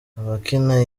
abakina